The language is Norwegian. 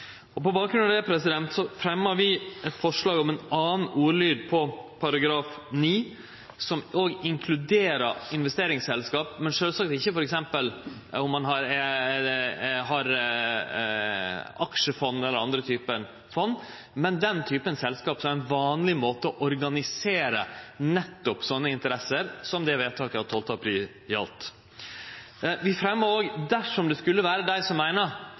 registeret». På bakgrunn av det fremjar vi eit forslag om ein annan ordlyd i § 9 som òg inkluderer investeringsselskap, sjølvsagt ikkje om ein f.eks. har aksjefond eller andre typar fond, men den typen selskap som er ein vanleg måte å organisere nettopp slike interesser på som det vedtaket av 12. april gjaldt. Dersom det skulle vere dei som meiner